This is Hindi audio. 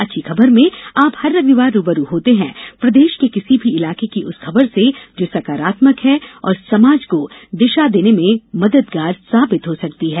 अच्छी खबर में आप हर रविवार रू ब रू होते हैं प्रदेश के किसी भी इलाके की उस खबर से जो सकारात्मक है और समाज को दिशा देने में मददगार हो सकती है